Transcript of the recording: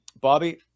Bobby